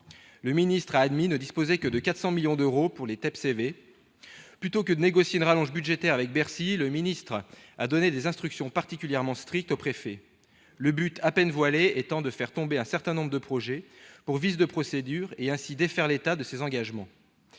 ministre a admis ne disposer que de 400 millions d'euros pour les TEPCV. Plutôt que de négocier une rallonge budgétaire avec Bercy, il a donné des instructions particulièrement strictes aux préfets, le but à peine voilé étant de faire tomber un certain nombre de projets pour vice de procédure et, ainsi, défaire l'État de ses engagements.